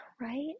Right